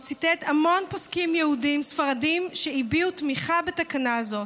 הוא ציטט המון פוסקים יהודים ספרדים שהביעו תמיכה בתקנה הזאת.